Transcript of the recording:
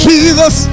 Jesus